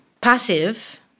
passive